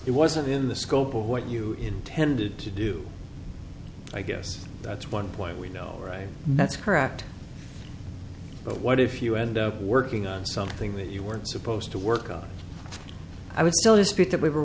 it wasn't in the scope of what you intended to do i guess that's one point we know right that's correct but what if you end up working on something that you weren't supposed to work on i would still dispute that we were